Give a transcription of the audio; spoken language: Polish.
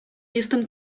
jestem